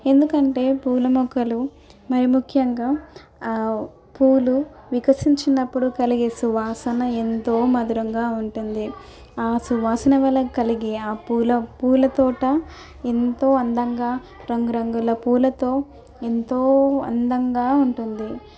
ఎందుకంటే పూల మొక్కలు మరి ముఖ్యంగా పూలు వికసించినప్పుడు కలిగే సువాసన ఎంతో మధురంగా ఉంటుంది ఆ సువాసన వల్ల గలిగే ఆ పూల పూల తోట ఎంతో అందంగా రంగురంగుల పూలతో ఎంతో అందంగా ఉంటుంది